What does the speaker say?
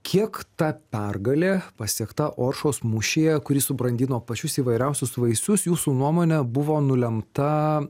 kiek ta pergalė pasiekta oršos mūšyje kuri subrandino pačius įvairiausius vaisius jūsų nuomone buvo nulemta